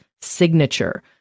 signature